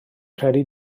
credu